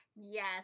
yes